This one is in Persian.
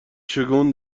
شگون